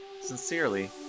sincerely